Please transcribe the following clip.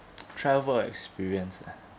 travel experience ah